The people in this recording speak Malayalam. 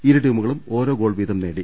ഇരു ടീമുകളും ഓരോ ഗോൾവീതം നേടി